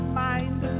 mind